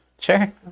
Sure